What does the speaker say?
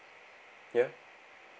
ya